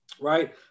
right